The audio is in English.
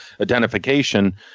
identification